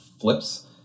flips